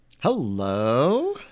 Hello